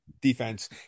defense